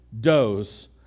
dose